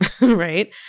right